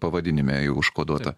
pavadinime užkoduota